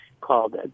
called